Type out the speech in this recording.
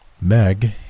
Meg